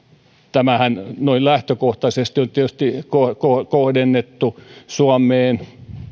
tämähän noin lähtökohtaisesti on tietysti kohdennettu suomeen